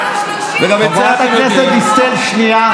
חברת הכנסת דיסטל, שנייה.